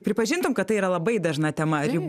pripažintum kad tai yra labai dažna tema